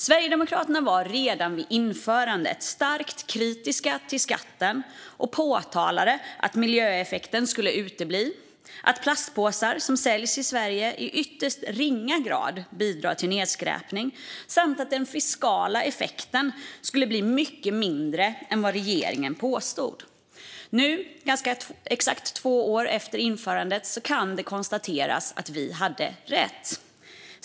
Sverigedemokraterna var redan vid införandet starkt kritiska till skatten och påtalade att miljöeffekten skulle utebli, att plastpåsar som säljs i Sverige i ytterst ringa grad bidrar till nedskräpning samt att den fiskala effekten skulle bli mycket mindre än vad regeringen påstod. Nu, ganska exakt två år efter införandet, kan det konstateras att vi hade rätt.